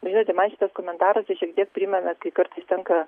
žinote man šitas komentaras tai šiek tiek primena kai kartais tenka